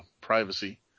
privacy